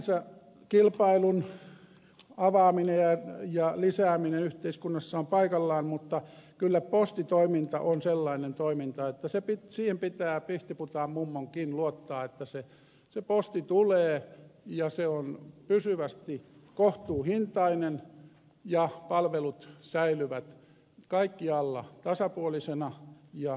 sinänsä kilpailun avaaminen ja lisääminen yhteiskunnassa on paikallaan mutta kyllä postitoiminta on sellainen toiminta että siihen pitää pihtiputaan mummonkin luottaa että se posti tulee ja se on pysyvästi kohtuuhintainen ja palvelut säilyvät kaikkialla tasapuolisina ja hyvinä